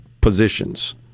positions